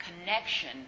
connection